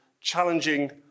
challenging